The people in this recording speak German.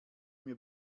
mir